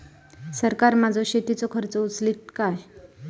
सरकार माझो शेतीचो खर्च उचलीत काय?